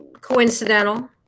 coincidental